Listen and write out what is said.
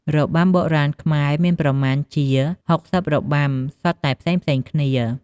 របាំបុរាណខ្មែរមានប្រមាណជា ៦០ របាំ សុទ្ធតែផ្សេងៗគ្នា។